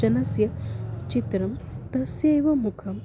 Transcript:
जनस्य चित्रं तस्यैव मुखं